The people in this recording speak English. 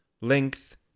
length